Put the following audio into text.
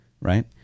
right